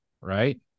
right